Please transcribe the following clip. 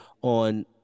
on